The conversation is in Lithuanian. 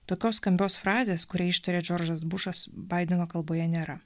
tokios skambios frazės kurią ištarė džordžas bušas baideno kalboje nėra